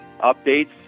updates